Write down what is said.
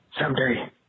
someday